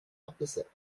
opposite